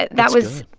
that was.